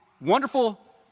wonderful